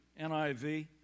NIV